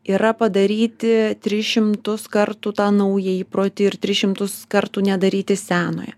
yra padaryti tris šimtus kartų tą naują įprotį ir tris šimtus kartų nedaryti senojo